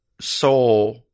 soul